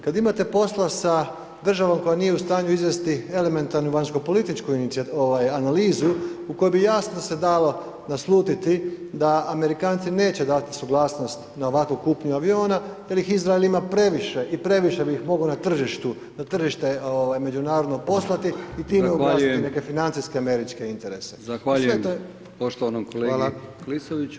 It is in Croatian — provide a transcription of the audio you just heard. Kad imate posla sa državom koja nije u stanju izvesti elementarnu vanjsko političku analizu u kojoj bi jasno se dalo naslutiti da Amerikanci neće dati suglasnost na ovakvu kupnju aviona jer ih Izrael ima previše i previše bi ih mogao na tržištu, na tržište međunarodno poslati i time [[Upadica: Zahvaljujem]] ublažiti neke financijske američke interese [[Upadica: Zahvaljujem…]] i sve to, hvala.